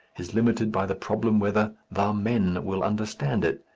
is limited by the problem whether the men will understand it.